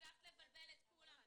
לבלבל את כולם,